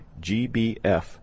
gbf